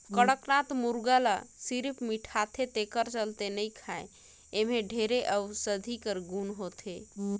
कड़कनाथ मुरगा ल सिरिफ मिठाथे तेखर चलते नइ खाएं एम्हे ढेरे अउसधी कर गुन होथे